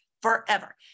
forever